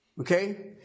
okay